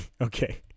Okay